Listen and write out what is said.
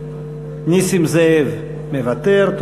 נסים זאב, מוותר.